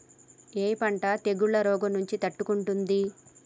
ఏ పంట తెగుళ్ల రోగం నుంచి తట్టుకుంటుంది?